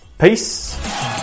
Peace